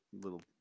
little